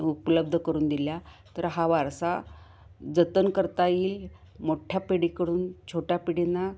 उपलब्ध करून दिल्या तर हा वारसा जतन करता येईल मोठ्ठ्या पिढीकडून छोट्या पिढीना